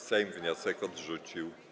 Sejm wniosek odrzucił.